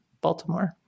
Baltimore